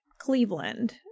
cleveland